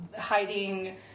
hiding